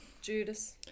Judas